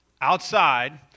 outside